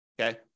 Okay